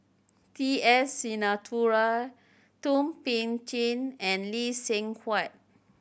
T S Sinnathuray Thum Ping Tjin and Lee Seng Huat